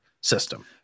system